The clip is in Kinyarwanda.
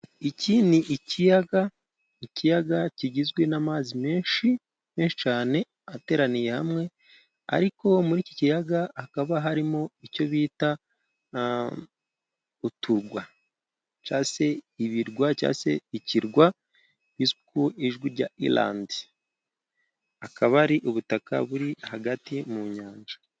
Iki ni ikiyaga . Ikiyaga kigizwe n'amazi menshi, menshi cyane ateraniye hamwe, ariko muri iki kiyaga hakaba harimo icyo bita nta uturwa cyangwa se ibirwa cyangwa ikirwa bizwi ku Ijwi rya irandi akaba ari ubutaka buri hagati mu nyanja.